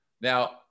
Now